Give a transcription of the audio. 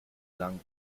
lang